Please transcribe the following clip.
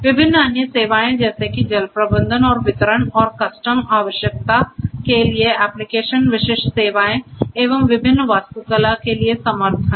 विभिन्न अन्य सेवाएं जैसे कि जल प्रबंधन और वितरण और कस्टम आवश्यकता के लिए एप्लीकेशन विशिष्ट सेवाएं एवं विभिन्न वास्तुकला के लिए समर्थन